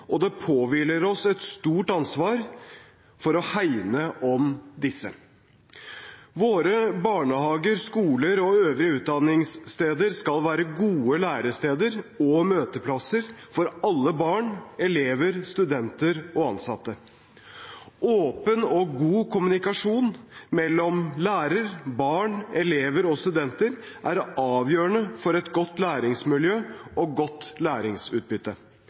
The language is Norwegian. og det påhviler oss et stort ansvar å hegne om disse. Våre barnehager, skoler og øvrige utdanningssteder skal være gode læresteder og møteplasser for alle barn, elever, studenter og ansatte. Åpen og god kommunikasjon mellom lærer, barn, elever og studenter er avgjørende for et godt læringsmiljø og godt læringsutbytte.